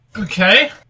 Okay